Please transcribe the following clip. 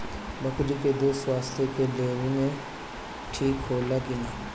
बकरी के दूध स्वास्थ्य के लेल ठीक होला कि ना?